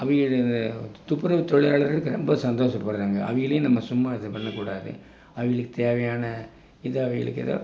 அவங்கள இது துப்புரவு தொழிலாளர்களுக்கு ரொம்ப சந்தோஷபடுறாங்க அவங்களயும் நம்ம சும்மா இது பண்ண கூடாது அவங்களுக்கு தேவையான இதை அவங்களுக்கு எதோ